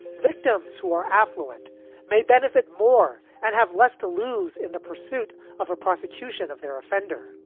victims who are affluent may benefit more and have less to lose in the pursuit of a prosecution of their offender